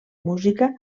música